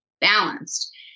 balanced